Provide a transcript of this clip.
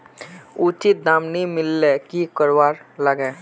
उचित दाम नि मिलले की करवार लगे?